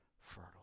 fertile